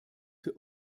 für